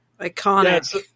Iconic